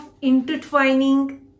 intertwining